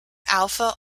alpha